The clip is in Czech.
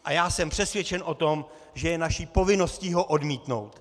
A já jsem přesvědčen o tom, že je naší povinností ho odmítnout.